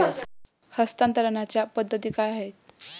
हस्तांतरणाच्या पद्धती काय आहेत?